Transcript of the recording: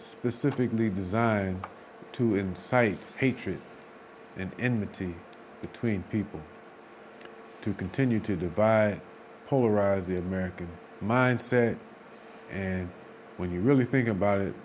specifically designed to incite hatred and enmity between people to continue to divide polarize the american mindset and when you really think about it